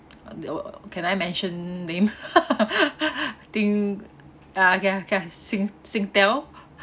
can I mention name I think ah okay okay sing~ Singtel